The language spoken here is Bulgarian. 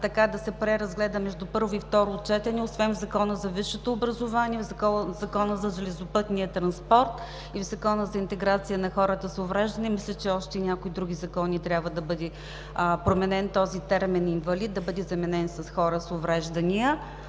трябва да се преразгледа между първо и второ четене, освен в Закона за висшето образование и в Закона за железопътния транспорт, Закона за интеграция на хората с увреждания, а мисля, че и в още някои други закони трябва да бъде променен този термин „инвалид“ и да бъде заменен с „хора с увреждания“.